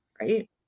right